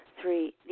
Three